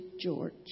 George